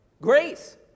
grace